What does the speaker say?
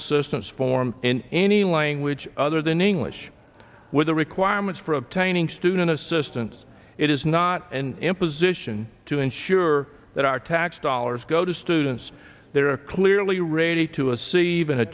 assistance form in any language other than english with the requirements for obtaining student assistance it is not an imposition to ensure that our tax dollars go to students there are clearly ready to a se